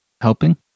helping